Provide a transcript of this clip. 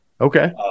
Okay